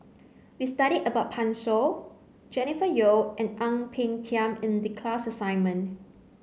we studied about Pan Shou Jennifer Yeo and Ang Peng Tiam in the class assignment